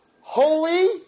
holy